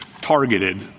targeted